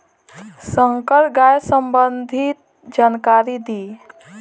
संकर गाय संबंधी जानकारी दी?